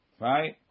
right